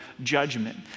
judgment